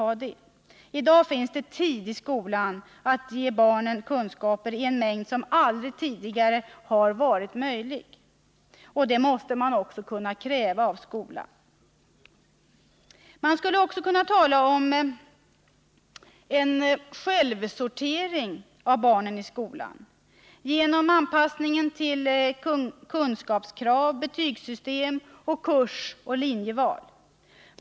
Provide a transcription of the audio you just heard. I dag finns det tid i skolan att ge barnen kunskaper i en mängd som aldrig tidigare har varit möjlig. Det måste vi också kräva att skolan gör. Man skulle även kunna tala om en självsortering av barnen i skolan genom anpassningen till kunskapskrav, betygssystem samt kursoch linjeval.